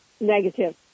negative